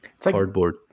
cardboard